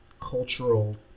cultural